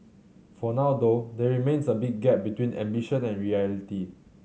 for now though there remains a big gap between ambition and reality